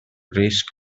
risc